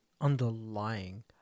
underlying